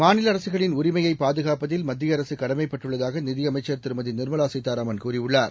மாநில அரசுகளின் உரிமையை பாதுகாப்பத்தில் மத்தியஅரசு கடமைப்பட்டுள்ளதாக நிதியமைச்சர் திருமதி நிர்மலா சீதாராமன் கூறியுள்ளார்